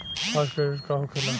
Fast credit का होखेला?